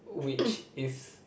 which is